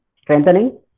Strengthening